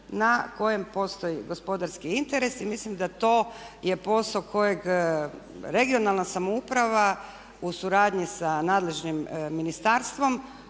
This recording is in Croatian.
na kojem postoji gospodarski interes. I mislim da to je posao kojeg regionalna samouprava u suradnji sa nadležnim ministarstvom